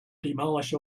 demolish